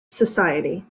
society